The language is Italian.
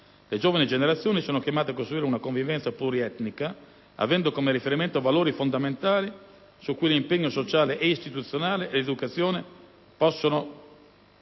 Le giovani generazioni sono chiamate a costruire una convivenza plurietnica, avendo come riferimento valori fondamentali su cui l'impegno sociale e istituzionale e l'educazione non possono